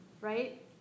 right